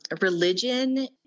religion